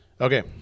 Okay